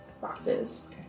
boxes